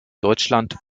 deutschland